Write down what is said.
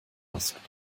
ask